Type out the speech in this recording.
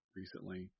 recently